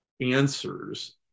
answers